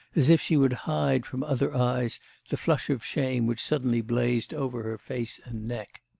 as if she would hide from other eyes the flush of shame which suddenly blazed over her face and neck.